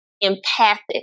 empathic